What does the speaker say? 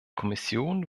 kommission